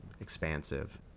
expansive